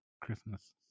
Christmas